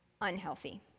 unhealthy